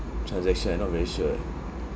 transaction I'm not very sure eh